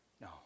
No